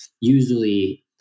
usually